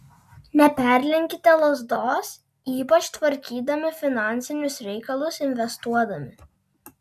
neperlenkite lazdos ypač tvarkydami finansinius reikalus investuodami